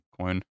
coin